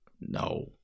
No